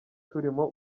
turimo